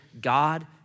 God